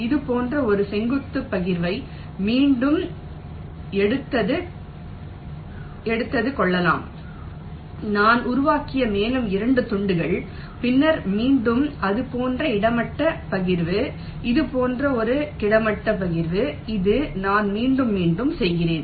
இது போன்ற ஒரு செங்குத்து பகிர்வை மீண்டும் எடுத்தது கொள்ளலாம் நான் உருவாக்கிய மேலும் 2 துண்டுகள் பின்னர் மீண்டும் இது போன்ற ஒரு கிடைமட்ட பகிர்வு இது போன்ற ஒரு கிடைமட்ட பகிர்வு இது நான் மீண்டும் மீண்டும் செய்கிறேன்